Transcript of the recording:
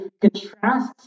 contrasts